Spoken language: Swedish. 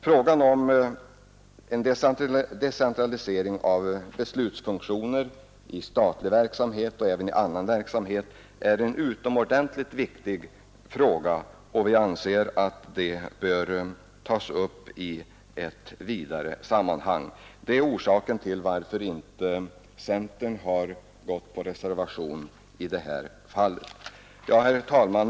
Frågan om en decentralisering av beslutsfunktioner i statlig verksamhet, och även i annan verksamhet, är utomordentligt viktig, och vi menar att den bör tas upp i ett vidare sammanhang. Det är orsaken till att centern inte har gått på reservationen i det här fallet. Herr talman!